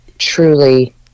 truly